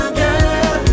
girl